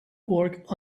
work